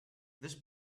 this